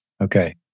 Okay